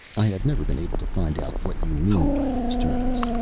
i have never been able to find out what you mean by those terms,